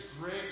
great